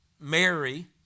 Mary